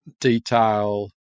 detail